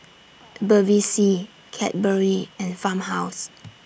Bevy C Cadbury and Farmhouse